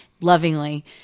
lovingly